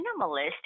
minimalist